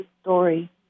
story